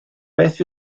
beth